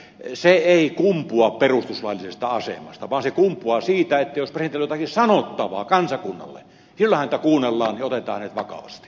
se ei kumpua perustuslaillisesta asemasta vaan se kumpuaa siitä että jos presidentillä on jotakin sanottavaa kansakunnalle silloin häntä kuunnellaan ja otetaan hänet vakavasti